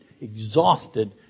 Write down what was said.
exhausted